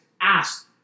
asked